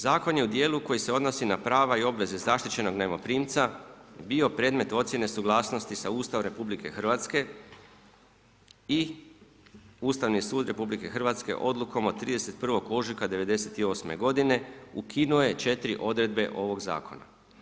Zakon je u djelu koji se odnosi na prava i obveze zaštićenog najmoprimca bio predmet ocjene suglasnosti sa Ustavom RH i Ustavni sud RH odlukom od 31. ožujka 1998. ukinuo je 4 odredbe ovog zakona.